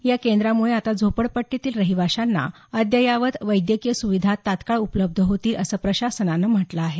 या केंद्रामुळे आता झोपडपट्टीतील रहिवाशांना अद्ययावत वैद्यकीय सुविधा तात्काळ उपलब्ध होतील असं प्रशासनानं म्हटलं आहे